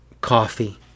coffee